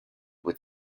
with